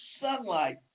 sunlight